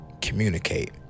Communicate